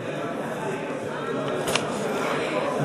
בשמות חברי הכנסת) יולי יואל אדלשטיין, אינו נוכח